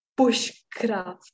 bushcraft